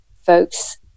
folks